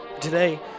today